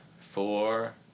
four